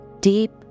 deep